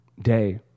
Day